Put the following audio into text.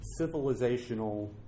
civilizational